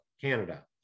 Canada